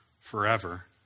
forever